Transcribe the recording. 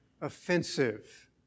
offensive